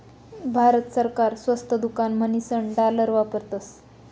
भारत सरकार स्वस्त दुकान म्हणीसन डालर वापरस